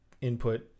input